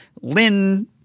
Lynn